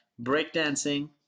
breakdancing